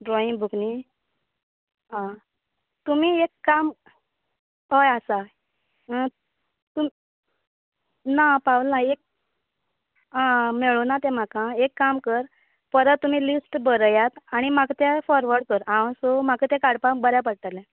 drawing book नी आं तुमी एक काम हय आसा तुम ना पावला एक आं मेळना तें माका एक काम कर परत तुमी लिस्ट बरयात आनी म्हाका त्या फॉर्वड कर आह सो माका तें काडपाक बरें पडटलें